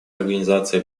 организации